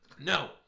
No